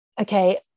Okay